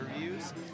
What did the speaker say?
interviews